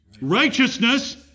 righteousness